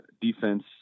defense